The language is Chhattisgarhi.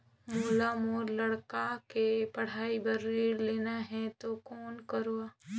मोला मोर लइका के पढ़ाई बर ऋण लेना है तो कौन करव?